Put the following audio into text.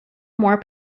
more